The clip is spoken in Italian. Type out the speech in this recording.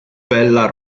bella